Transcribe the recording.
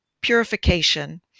purification